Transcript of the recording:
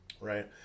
right